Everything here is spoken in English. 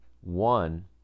One